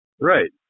Right